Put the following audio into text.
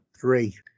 three